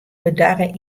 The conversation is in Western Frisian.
bedarre